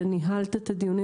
אתה ניהלת את הדיונים